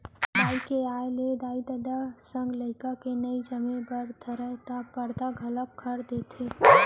बाई के आय ले दाई ददा संग लइका के नइ जमे बर धरय त परदा घलौक खंड़ देथे